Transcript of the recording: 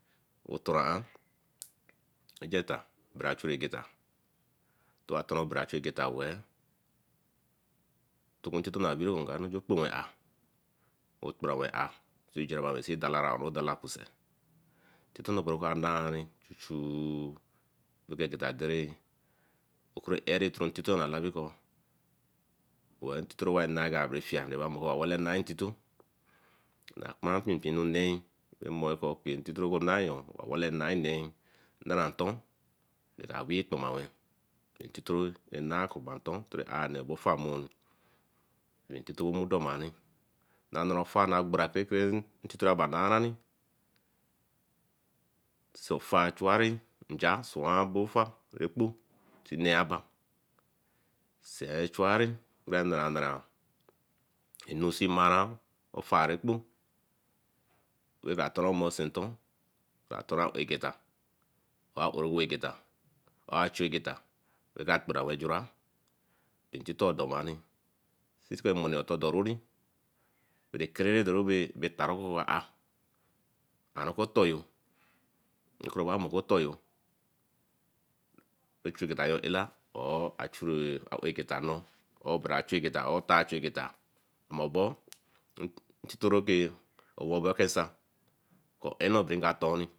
Otoran aan eqenta Obari achuru egefa teran wa chu obere egeta weh ekun intito bah weeru ju kpenwa aah o kpenrenwen anh see jurinulan dalara eon dalara cusen intito nor bay weh oka nah chuchu ekeyeta eku airee intito Kalabiko tere bay nak aberafia owa wala nah intito. Bah Kparan peepin enu neyee in more ko intito wey neyee wa wala nati neyee, daran ton bath wee kpomanie. Ntito rah nah nkоmanten tere are bofamer bah intito doma ini na nerefa ba gbo intito Labah narani shu ofar chuari nja sewan befah bokpo see nee oba, say chuari na nara nara enu see mara ofar ekpa raka torenmo sinten egeta, areegeta. achuegeta raka Kperenwe jurah bak intito rab doman ini bay ekere bay taru baba atı oku-oteryo oba moor oku-otoryo ectiu-egeta yo aayla or achuru-egeta nor er bra chure egeta or otar-chu-epeta moor obor intito.